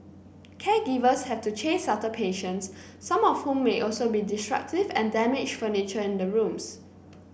caregivers have to chase after patients some of whom may also be destructive and damage furniture in the rooms